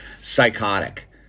psychotic